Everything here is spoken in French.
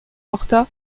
horta